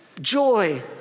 Joy